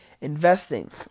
Investing